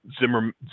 Zimmer